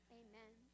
amen